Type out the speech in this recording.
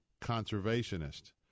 conservationist